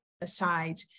aside